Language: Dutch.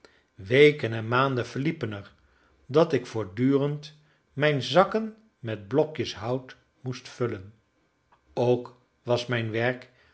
weken en maanden verliepen er dat ik voortdurend mijn zakken met blokjes hout moest vullen ook was mijn werk